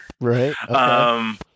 Right